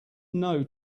know